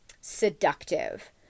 seductive